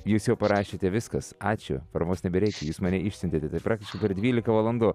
jūs jau parašėte viskas ačiū paramos nebereikia jūs mane išsiuntėte tai praktiškai per dvylika valandų